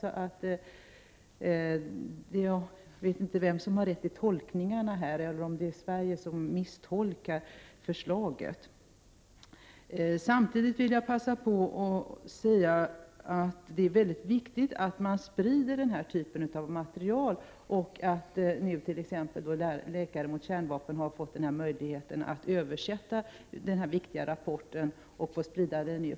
Jag vet alltså inte vem som gör den rätta tolkningen eller om Sverige har misstolkat detta förslag. Samtidigt vill jag säga att det är viktigt att man sprider denna typ av material och att, som nu är fallet, Svenska läkare mot kärnvapen får möjlighet att översätta denna viktiga rapport och sprida den.